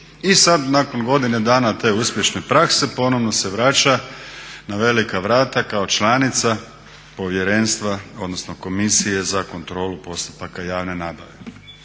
I sad nakon godine dana te uspješne prakse ponovno se vraća na velika vrata kao članica Povjerenstva, odnosno Komisije za kontrolu postupaka javne nabave.